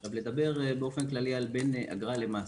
עכשיו, לדבר באופן כללי על בין אגרה למס.